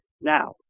Now